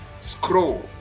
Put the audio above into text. scroll